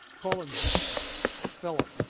kolundzic filip,